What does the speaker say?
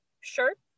Shirt